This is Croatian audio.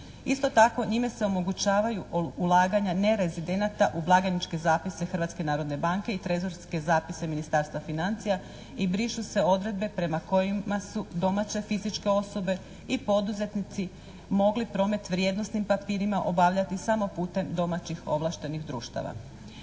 Isto tako njime se omogućavaju ulaganja nerezidenata u blagajničke zapise Hrvatske narodne banke i trezorske zapise Ministarstva financija i brišu se odredbe prema kojima su domaće fizičke osobe i poduzetnici mogli promet vrijednosnim papirima obavljati samo putem domaćih ovlaštenih društava.